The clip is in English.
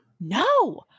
No